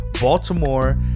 Baltimore